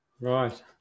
right